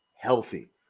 healthy